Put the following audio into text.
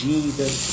Jesus